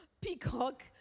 Peacock